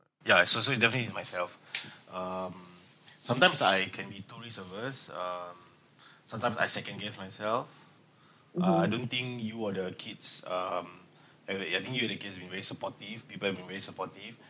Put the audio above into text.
yeah so so think it's myself um sometimes I can be too risk-averse um sometimes I second guess myself uh I don't think you were the kids um wait wait I think you and the kids been very supportive people been very supportive